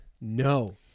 No